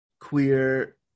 queer